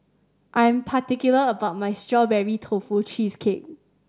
I am particular about my Strawberry Tofu Cheesecake